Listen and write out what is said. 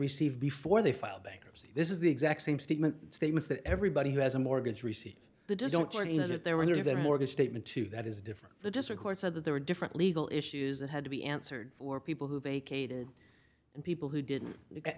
received before they filed bankruptcy this is the exact same statement statements that everybody who has a mortgage received the don't join in as if they were their mortgage statement to that is different the district court said that there were different legal issues that had to be answered for people who vacated and people who didn't